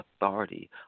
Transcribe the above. authority